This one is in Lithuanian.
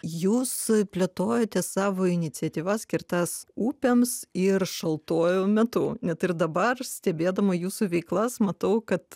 jūs plėtojate savo iniciatyvas skirtas upėms ir šaltuoju metu net ir dabar stebėdama jūsų veiklas matau kad